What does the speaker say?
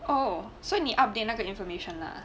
oh 所以你 update 那个 information lah